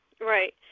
Right